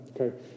okay